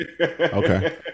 Okay